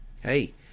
hey